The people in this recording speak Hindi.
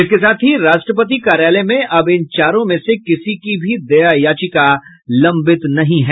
इसके साथ ही राष्ट्रपति कार्यालय में अब इन चारों में से किसी की भी दया याचिका लम्बित नहीं है